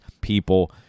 people